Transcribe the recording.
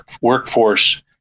workforce